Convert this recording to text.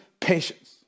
patience